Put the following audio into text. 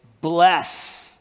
bless